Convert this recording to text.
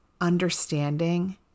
understanding